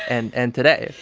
and and today,